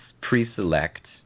pre-select